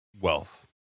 wealth